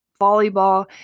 volleyball